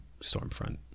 Stormfront